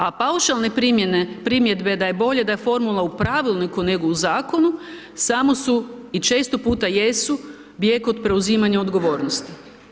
A paušalne primjedbe da je bolje da je formula u Pravilniku nego u Zakonu, samo su i često puta jesu, samo bijeg od preuzimanja odgovornosti.